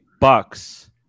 Bucks